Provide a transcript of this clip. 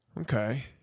okay